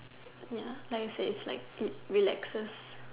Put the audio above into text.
ya like you said it relaxes